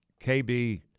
KB